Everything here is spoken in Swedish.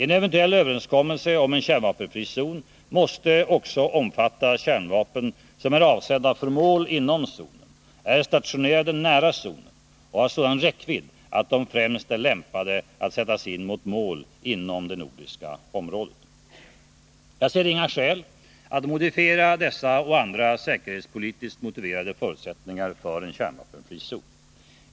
En eventuell överenskommelse om en kärnvapenfri zon måste också omfatta kärnvapen som är avsedda för mål inom zonen, är stationerade nära zonen och har sådan räckvidd att de främst är lämpade att sättas in mot mål inom det nordiska området. Jag ser inga skäl att modifiera dessa och andra säkerhetspolitiskt motiverade förutsättningar för en kärnvapenfri zon.